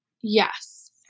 Yes